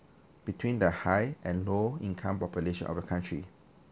between the high and low income population of the country